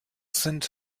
sind